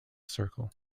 circle